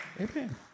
Amen